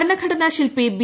ഭരണഘടനാ ശിൽപി ബി